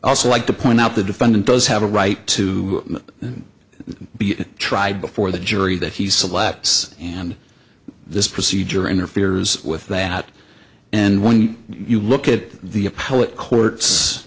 also like to point out the defendant does have a right to be tried before the jury that he selects and this procedure interferes with that and when you look at the